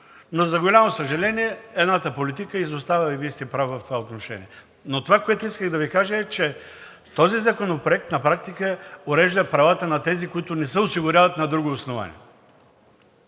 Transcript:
но за голямо съжаление едната политика изостава, и Вие сте прав в това отношение. Това, което исках да Ви кажа обаче, е, че този законопроект на практика урежда правата на тези, които не се осигуряват на друго основание.